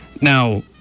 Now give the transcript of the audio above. Now